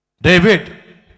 David